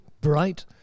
bright